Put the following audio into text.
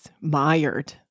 mired